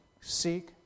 seek